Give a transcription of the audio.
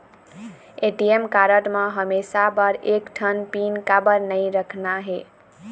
ATM card म हमेशा बर एक ठन पिन काबर नई रखना हे?